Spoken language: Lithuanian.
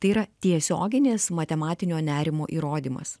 tai yra tiesioginis matematinio nerimo įrodymas